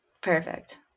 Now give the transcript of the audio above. Perfect